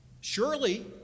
Surely